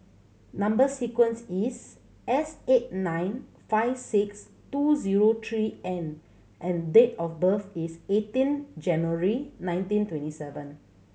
number sequence is S eight nine five six two zero three N and date of birth is eighteen January nineteen twenty seven